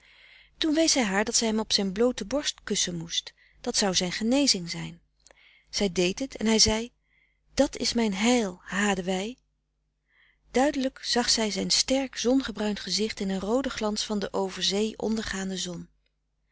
wees hij haar dat zij hem op zijn bloote borst kussen moest dat zou zijn genezing zijn zij deed het en hij zei dat is mijn heil hadewij duidelijk zag zij zijn sterk zongebruind gezicht in een rooden glans van de over zee ondergaande zon